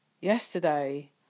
Yesterday